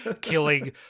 killing